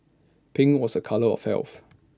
pink was A colour of health